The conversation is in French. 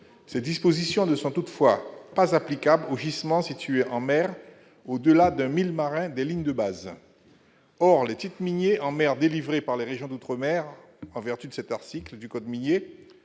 Ces dispositions ne sont toutefois pas applicables aux gisements situés en mer au-delà d'un mille marin des lignes de base. Or les titres miniers en mer délivrés par les régions d'outre-mer en vertu de l'article précité du code minier